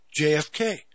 JFK